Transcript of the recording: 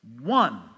one